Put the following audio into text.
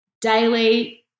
daily